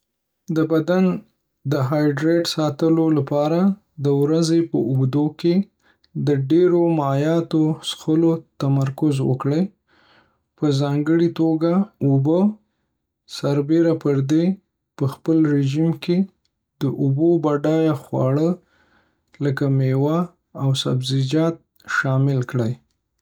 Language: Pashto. د بدن د هایډریټ ساتلو لپاره، د ورځې په اوږدو کې د ډیرو مایعاتو څښلو تمرکز وکړئ، په ځانګړې توګه اوبه. سربیره پردې، په خپل رژیم کې د اوبو بډایه خواړه لکه میوې او سبزیجات شامل کړئ.